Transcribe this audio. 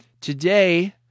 Today